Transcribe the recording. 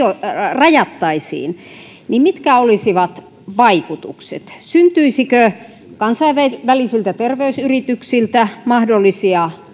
rajattaisiin mitkä olisivat vaikutukset syntyisikö kansainvälisiltä terveysyrityksiltä mahdollisia